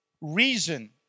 reason